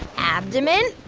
abdomen